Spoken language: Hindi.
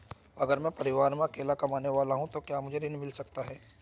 अगर मैं परिवार में अकेला कमाने वाला हूँ तो क्या मुझे ऋण मिल सकता है?